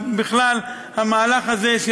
בכלל המהלך הזה,